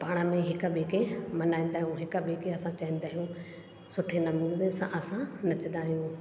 पाण खे हिकु ॿिएं में मल्हाईंदा आहियूं हिकु ॿिएं खे असां चाहींदा आहियूं सुठे नमूने सां असां नचंदा आहियूं